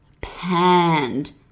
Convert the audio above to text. panned